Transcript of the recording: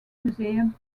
museum